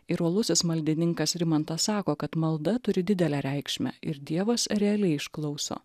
ir uolusis maldininkas rimantas sako kad malda turi didelę reikšmę ir dievas realiai išklauso